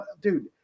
dude